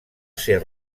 ser